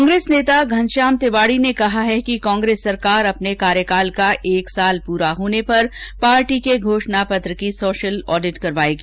कांग्रेस नेता घनश्याम तिवाड़ी ने कहा है कि कांग्रेस सरकार अपने कार्यकाल का एक साल पूरा होने पर पार्टी के घोषणा पत्र की सोशियल ऑडिट करवाएगी